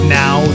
now